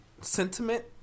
sentiment